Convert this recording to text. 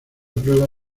prueba